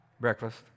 Breakfast